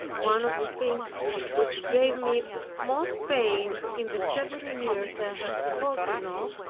one of the things which gave me most pain in the seven years i have spoken of,